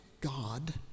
God